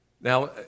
Now